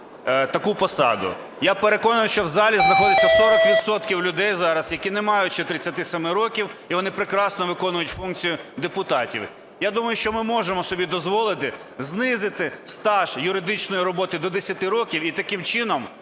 таку посаду. Я переконаний, що в залі знаходиться 40 відсотків людей зараз, які не мають ще 37 років і вони прекрасно виконують функцію депутатів. Я думаю, що ми можемо собі дозволити знизити стаж юридичної роботи до 10 років, і таким чином